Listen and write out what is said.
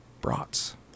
Brats